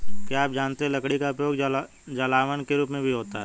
क्या आप जानते है लकड़ी का उपयोग जलावन के रूप में भी होता है?